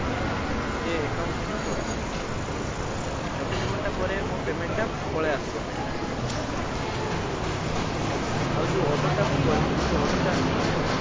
ଆଛା ମୋତେ ଆକାଉଣ୍ଟରେ ହିଁ ଚଢ଼ିଯିବ ଆଛା ଚବିଶ ଘଣ୍ଟାପରେ ମୋ ପେମେଣ୍ଟଟା ପଳେଇ ଆସିବ ଭାଇ ଆଛା ଠିକ୍ ଅଛି ଓକେ ଭାଇ ଆଉ ଯେଉଁ ଅର୍ଡ଼ରଟା ମୁଁ କରିଥିଲି ସେ ଅର୍ଡ଼ରଟା ଆସିବନି ଆଉ